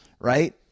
right